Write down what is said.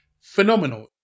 phenomenal